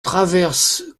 traverse